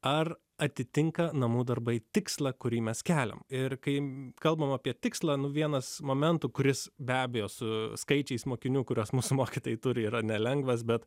ar atitinka namų darbai tikslą kurį mes keliame ir kai kalbame apie tikslą vienas momentų kuris be abejo su skaičiais mokinių kuriuos mūsų mokytojai turi yra nelengvas bet